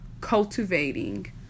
cultivating